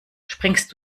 springst